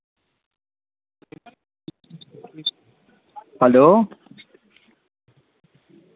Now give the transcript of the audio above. hello